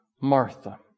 Martha